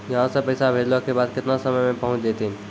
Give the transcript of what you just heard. यहां सा पैसा भेजलो के बाद केतना समय मे पहुंच जैतीन?